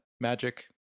magic